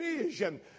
vision